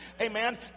Amen